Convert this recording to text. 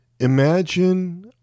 imagine